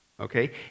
Okay